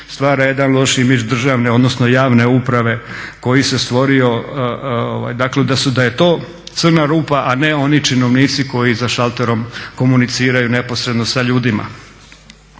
stvara jedan loš image državne, odnosno javne uprave koji se stvorio. Dakle, da je to crna rupa, a ne oni činovnici koji za šalterom komuniciraju neposredno sa ljudima.